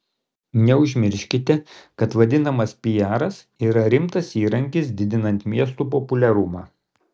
neužmirškite kad vadinamas piaras yra rimtas įrankis didinant miesto populiarumą